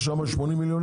יש שם 80 מיליון